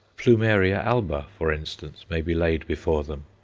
plumeria alba, for instance, may be laid before them,